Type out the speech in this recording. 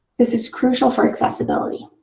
this is crucial for accessibility.